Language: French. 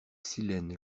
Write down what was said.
silène